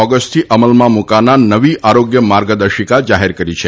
ઓગસ્ટથી અમલમાં મુકાનાર નવી આરોગ્ય માર્ગદર્શિકા જારી કરી છે